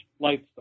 lights